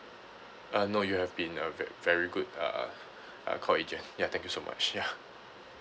uh no you have been a ver~ very good uh uh call agent ya thank you so much ya